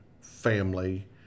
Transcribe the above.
family